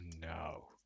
no